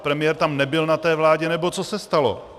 Premiér tam nebyl, na vládě, nebo co se stalo?